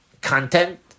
content